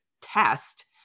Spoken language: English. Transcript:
test